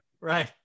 Right